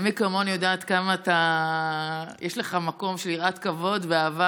מי כמוני יודעת עד כמה יש לך של יראת כבוד ואהבה